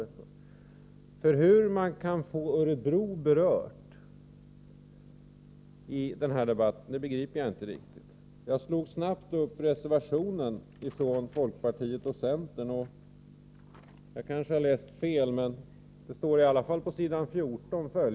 Jag begriper inte riktigt hur man kan få in Örebro i debatten. Jag slog snabbt upp reservationen från folkpartiet och centern. Den reservationen står, såvitt jag förstår, Lars Ernestam bakom.